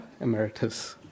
Emeritus